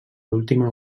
última